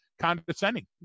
condescending